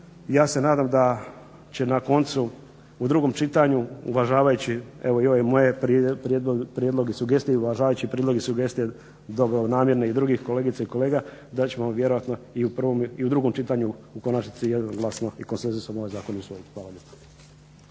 ja se nadam da će na koncu u drugom čitanju uvažavajući evo i moje prijedloge, sugestije i uvažavajući prijedloge i sugestije dobronamjernih i drugih kolegica i kolega da ćemo vjerojatno i u prvom i u drugom čitanju u konačnici jednoglasno i konsenzusom ovaj zakon usvojiti. Hvala.